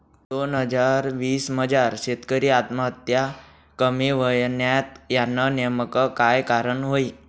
दोन हजार वीस मजार शेतकरी आत्महत्या कमी व्हयन्यात, यानं नेमकं काय कारण व्हयी?